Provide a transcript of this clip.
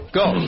go